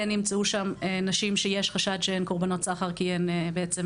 נמצאו שם נשים שיש חשד שהן קורבנות סחר כי הן בעצם